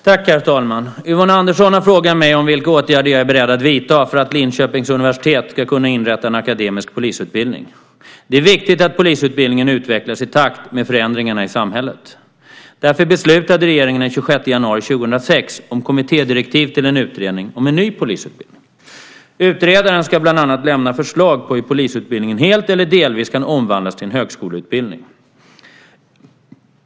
Herr talman! Yvonne Andersson har frågat mig om vilka åtgärder jag är beredd att vidta för att Linköpings universitet ska kunna inrätta en akademisk polisutbildning. Det är viktigt att polisutbildningen utvecklas i takt med förändringarna i samhället. Därför beslutade regeringen den 26 januari 2006 om kommittédirektiv till en utredning om en ny polisutbildning. Utredaren ska bland annat lämna förslag på hur polisutbildningen helt eller delvis kan omvandlas till en högskoleutbildning.